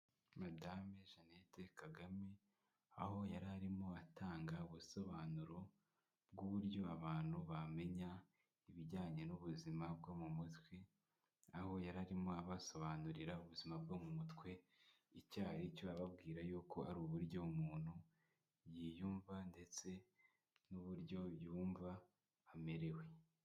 Madame Jannette Kagame, aho yari arimo atanga ubusobanuro bw'uburyo abantu bamenya ibijyanye n'ubuzima bwo mu mutwe, aho yari arimo abasobanurira ubuzima bwo mu mutwe icyari cyo, ababwira y'uko ari uburyo umuntu yiyumva ndetse n'uburyo yumva amerewe.